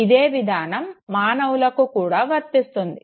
ఇదే విధానం మానవులకు కూడా వర్తిస్తుంది